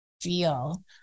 feel